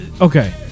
Okay